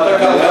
ועדת הכלכלה.